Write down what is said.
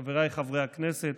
חבריי חברי הכנסת,